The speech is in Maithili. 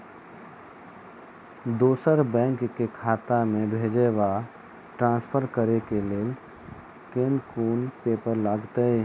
दोसर बैंक केँ खाता मे भेजय वा ट्रान्सफर करै केँ लेल केँ कुन पेपर लागतै?